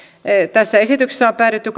tässä esityksessä on päädytty